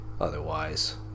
otherwise